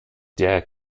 der